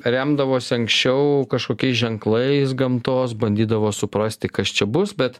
remdavosi anksčiau kažkokiais ženklais gamtos bandydavo suprasti kas čia bus bet